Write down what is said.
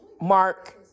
Mark